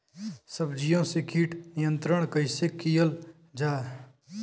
सब्जियों से कीट नियंत्रण कइसे कियल जा?